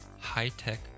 high-tech